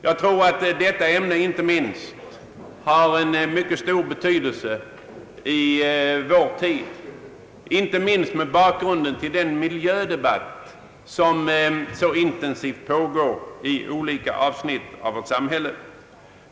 Jag tror att detta ämne har mycket stor betydelse i vår tid, inte minst mot bakgrunden av den miljödebatt som så intensivt pågår i samhället.